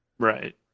Right